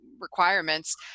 requirements